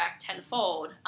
tenfold